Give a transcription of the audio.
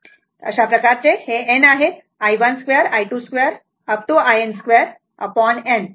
अशा प्रकारचे n आहेत i1 I2 in 2 value n बरोबर